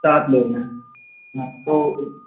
سات لوگ ہیں ہاں تو